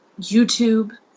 youtube